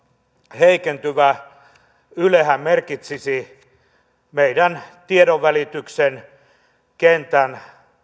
heikentyvä ylehän merkitsisi meidän tiedonvälityksen kentän